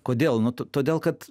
kodėl nu todėl kad